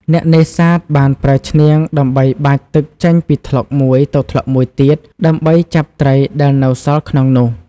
អ្នកនេសាទបានប្រើឈ្នាងដើម្បីបាចទឹកចេញពីថ្លុកមួយទៅថ្លុកមួយទៀត ដើម្បីចាប់ត្រីដែលនៅសល់ក្នុងនោះ។